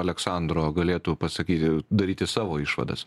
aleksandro galėtų pasakyti daryti savo išvadas